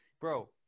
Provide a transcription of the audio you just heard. bro